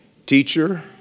Teacher